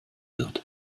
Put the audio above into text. wird